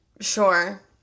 Sure